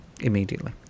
immediately